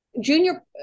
junior